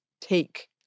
take